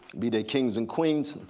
be they kings and queens.